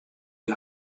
you